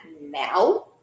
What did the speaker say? now